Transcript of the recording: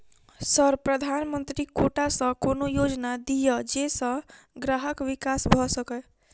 Sir प्रधानमंत्री quota सऽ कोनो योजना दिय जै सऽ ग्रामक विकास भऽ सकै?